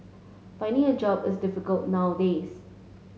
finding a job is difficult nowadays